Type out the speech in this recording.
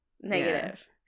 Negative